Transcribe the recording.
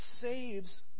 saves